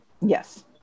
Yes